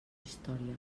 història